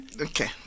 Okay